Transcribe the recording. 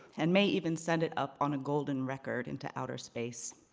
and may even send it up on a golden record into outer space.